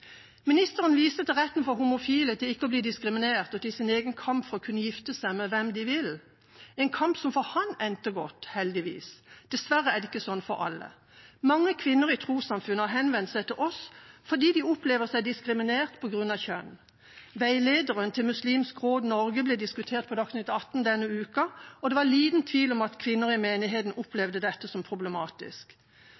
Ministeren viste til retten for homofile til ikke å bli diskriminert og til sin egen kamp for å kunne gifte seg med hvem de vil – en kamp som for ham endte godt, heldigvis. Dessverre er det ikke slik for alle. Mange kvinner i trossamfunn har henvendt seg til oss fordi de opplever seg diskriminert på grunn av kjønn. Veilederen til Islamsk Råd Norge ble diskutert på Dagsnytt 18 denne uka, og det var liten tvil om at kvinner i menigheten